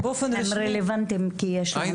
הם רלוונטיים כי יש שם מיעוט וגם לנו יש מיעוט.